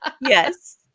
Yes